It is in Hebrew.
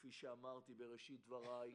כפי שאמרתי בראשית דבריי,